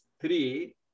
three